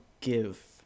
give